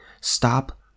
stop